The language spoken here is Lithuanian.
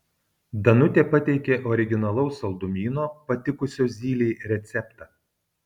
danutė pateikė originalaus saldumyno patikusio zylei receptą